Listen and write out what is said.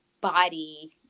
body